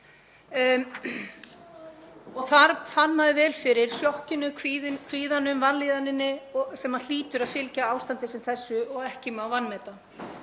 og þar fann maður vel fyrir sjokkinu, kvíðanum og vanlíðaninni sem hlýtur að fylgja ástandi sem þessu og ekki má vanmeta.